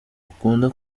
ukunda